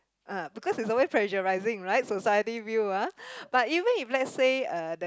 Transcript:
because is always pressurizing right society view ah but even if let's say uh the